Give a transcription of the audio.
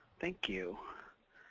thank you.